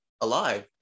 alive